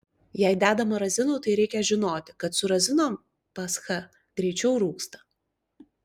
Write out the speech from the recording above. jei dedama razinų tai reikia žinoti kad su razinom pascha greičiau rūgsta